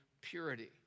purity